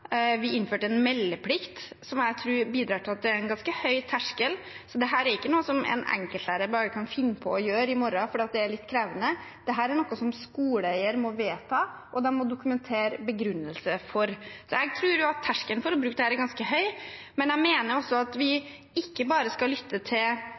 Vi innførte en meldeplikt, som jeg tror bidrar til at det er en ganske høy terskel. Dette er ikke noe som en enkeltlærer bare kan finne på å gjøre i morgen fordi det er litt krevende. Dette er noe som skoleeierne må vedta, og som de må dokumentere begrunnelsen for. Jeg tror at terskelen for å bruke dette er ganske høy. Jeg mener at vi ikke bare skal lytte til